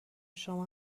شما